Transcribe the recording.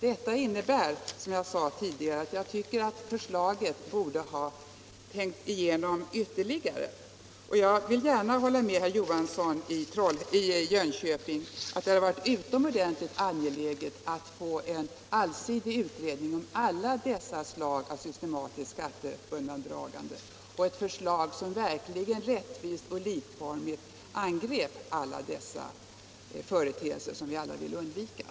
Detta styrker vad jag tidigare sade om att förslaget borde ha tänkts igenom ytterligare. Jag vill än en gång framhålla att det hade varit utomordentligt angeläget att få en allsidig utredning om alla dessa slag av systematiskt skatteun dandragande och att det hade varit önskvärt med förslag som verkligen — Nr 38 rättvist och likformigt angrep dessa företeelser som vi alla vill undvika.